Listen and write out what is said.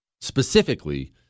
Specifically